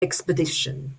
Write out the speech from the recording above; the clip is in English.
expedition